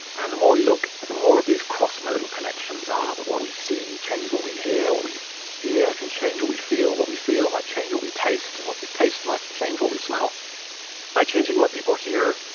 and the more we look the more of these crossmodal connections are that what we see changes what we hear, what we hear can change what we feel, what we feel might change what we taste, and what we taste might change what we smell by changing what people hear,